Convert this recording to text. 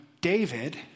David